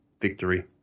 Victory